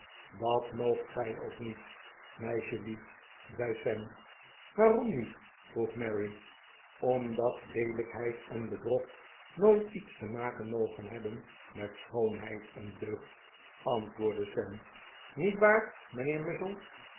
dat moogt gij ook niet meisjelief zei sam waarom niet vroeg mary omdat leelijkheid en bedrog nooit iets te maken mogen hebben met schoonheid en deugd antwoordde sam niet waar mijnheer muzzle